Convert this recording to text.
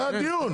זה הדיון.